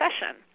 session